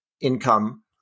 income